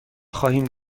خواهیم